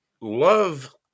love